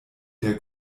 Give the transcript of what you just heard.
der